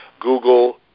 Google